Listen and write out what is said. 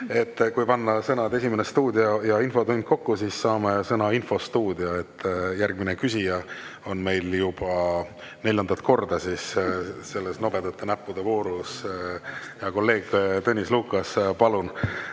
Kui panna sõnad "Esimene stuudio" ja "infotund" kokku, saame kokku "infostuudio". Järgmine küsija on meil juba neljandat korda selles nobedate näppude voorus. Hea kolleeg Tõnis Lukas, palun!